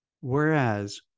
Whereas